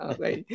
Okay